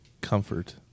comfort